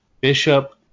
Bishop